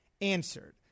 answered